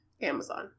Amazon